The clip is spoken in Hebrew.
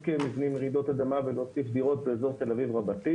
מבנים לרעידות אדמה ולהוסיף דירות באזור תל אביב רבתי.